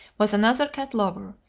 was another cat-lover,